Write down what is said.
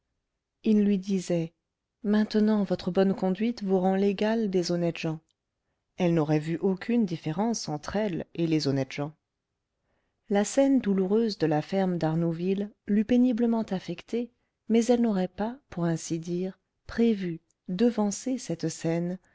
ils lui disaient maintenant votre bonne conduite vous rend l'égale des honnêtes gens elle n'aurait vu aucune différence entre elle et les honnêtes gens la scène douloureuse de la ferme d'arnouville l'eût péniblement affectée mais elle n'aurait pas pour ainsi dire prévu devancé cette scène